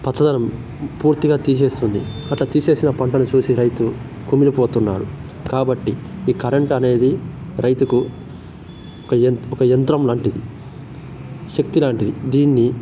పచ్చదనం పూర్తిగా తీసేస్తుంది అట్లా తీసేసిన పంటను చూసి రైతు కుమిలిపోతున్నారు కాబట్టి ఈ కరంటనేది రైతుకు ఒక యం ఒక యంత్రం లాంటిది శక్తి లాంటిది దీన్ని